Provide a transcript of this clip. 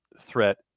threat